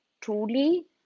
truly